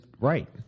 right